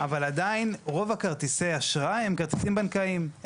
אבל עדיין רוב כרטיסי האשראי הם כרטיסים בנקאיים.